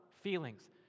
feelings